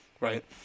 Right